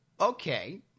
Okay